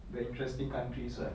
the interesting countries [what]